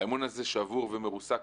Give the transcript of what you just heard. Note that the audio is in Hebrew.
האמון הזה שבור ומרוסק.